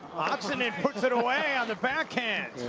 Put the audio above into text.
oxenden puts it away on the backhand.